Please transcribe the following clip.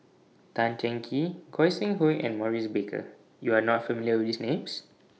Tan Cheng Kee Goi Seng Hui and Maurice Baker YOU Are not familiar with These Names